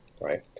right